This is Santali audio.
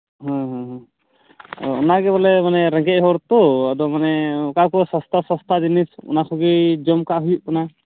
ᱦᱩᱸ ᱦᱩᱸ ᱚᱱᱟᱜᱮ ᱵᱚᱞᱮ ᱢᱟᱱᱮ ᱨᱮᱸᱜᱮᱡᱽ ᱦᱚᱲ ᱛᱚ ᱟᱫᱚ ᱢᱟᱱᱮ ᱚᱠᱟ ᱠᱚ ᱥᱚᱥᱛᱟ ᱥᱚᱥᱛᱟ ᱡᱤᱱᱤᱥ ᱚᱱᱟ ᱠᱚᱜᱮ ᱡᱚᱢ ᱠᱟᱜ ᱦᱩᱭᱩᱜ ᱠᱟᱱᱟ